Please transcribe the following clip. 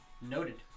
Noted